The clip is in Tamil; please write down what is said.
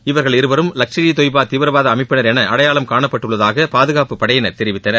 இவர்கள் இருவரும் லஷ்கர் இ தொய்பா தீவிரவாத அமைப்பினர் என அடையாளம் காணப்பட்டுள்ளதாக பாதுகாப்பு படையினர் தெரிவித்தனர்